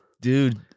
Dude